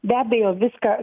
be abejo viską